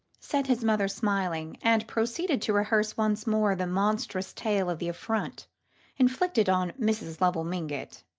said his mother smiling and proceeded to rehearse once more the monstrous tale of the affront inflicted on mrs. lovell mingott.